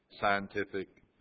scientific